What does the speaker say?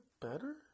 better